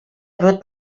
wird